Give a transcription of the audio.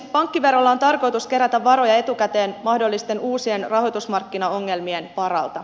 pankkiverolla on tarkoitus kerätä varoja etukäteen mahdollisten uusien rahoitusmarkkinaongelmien varalta